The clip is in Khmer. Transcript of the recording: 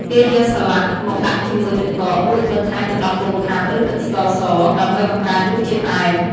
គេយកសាឡាក់មកដាក់ជាមួយទឹកកក រួចបន្ថែមទឹកដោះគោខាប់ ឬទឹកស្ករស ដើម្បីបង្កើនរសជាតិផ្អែម។